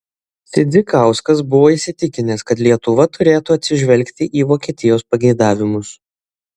sidzikauskas buvo įsitikinęs kad lietuva turėtų atsižvelgti į vokietijos pageidavimus